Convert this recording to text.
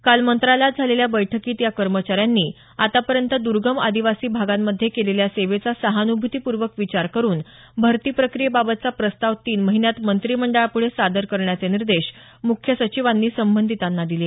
काल मंत्रालयात झालेल्या बैठकीत या कर्मचाऱ्यांनी आतापर्यंत दुर्गम आदिवासी भागांमध्ये केलेल्या सेवेचा सहान्भूतीपूर्वक विचार करून भरती प्रक्रियेबाबतचा प्रस्ताव तीन महिन्यात मंत्रिमंडळापुढे सादर करण्याचे निर्देश मुख्य सचिवांनी संबंधितांना दिले